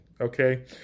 okay